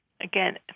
again